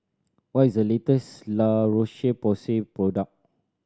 what is the latest La Roche Porsay product